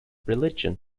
religion